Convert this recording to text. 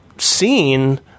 seen